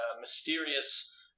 mysterious